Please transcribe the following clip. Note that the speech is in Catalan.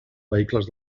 vehicles